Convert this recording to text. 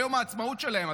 ביום העצמאות שלהם.